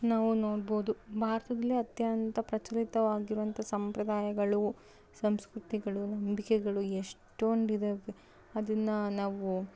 ನಾವು ನೋಡ್ಬೊದು ಭಾರತದಲ್ಲಿ ಅತ್ಯಂತ ಪ್ರಚಲಿತವಾಗಿರುವಂಥ ಸಂಪ್ರದಾಯಗಳು ಸಂಸ್ಕೃತಿಗಳು ನಂಬಿಕೆಗಳು ಎಷ್ಟೊಂದಿದ್ದಾವೆ ಅದನ್ನು ನಾವು